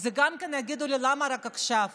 גם יגידו לי: למה רק עכשיו?